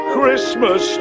Christmas